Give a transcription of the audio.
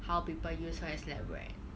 how people use her as lab rat